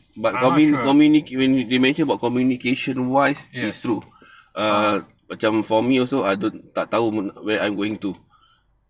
but I'm not sure